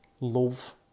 love